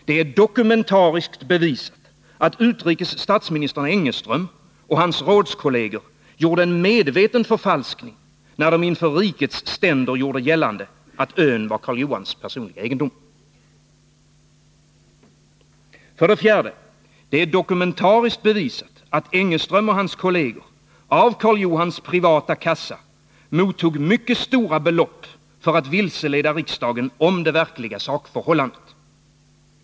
Det är dokumentariskt bevisat att utrikes statsministern Engeström och hans rådskolleger gjorde en medveten förfalskning, när de inför Rikets ständer gjorde gällande att ön var Karl Johans personliga egendom. 4. Det är dokumentariskt bevisat att Engeström och hans kolleger av Karl Johans privata kassa mottog mycket stora belopp för att vilseleda riksdagen om det verkliga sakförhållandet.